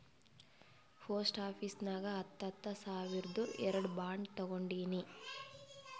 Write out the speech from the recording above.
post office ನಾಗ್ ಹತ್ತ ಹತ್ತ ಸಾವಿರ್ದು ಎರಡು ಬಾಂಡ್ ತೊಗೊಂಡೀನಿ